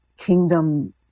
kingdom